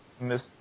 miss